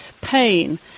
pain